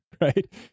right